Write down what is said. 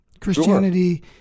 Christianity